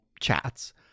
chats